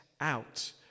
out